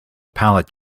pallet